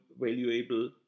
valuable